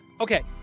Okay